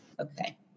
Okay